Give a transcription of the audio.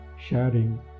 sharing